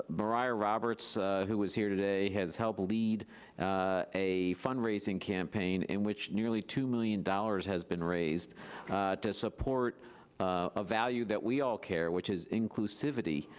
ah mariah roberts who was here today has helped lead a fundraising campaign in which nearly two million dollars dollars has been raised to support a value that we all care, which is inclusivity,